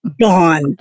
gone